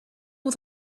was